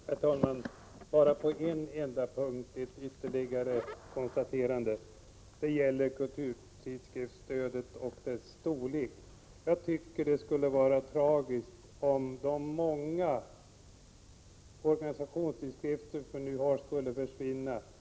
Herr talman! Jag vill bara på en enda punkt göra ett ytterligare konstaterande, nämligen beträffande kulturtidskriftsstödet och dess storlek. Jag tycker att det skulle vara tragiskt om de många organisationstidskrifter vi nu har skulle försvinna.